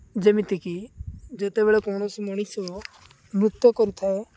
ଯେମିତିକି ଯେତେବେଳେ କୌଣସି ମଣିଷ ନୃତ୍ୟ କରିଥାଏ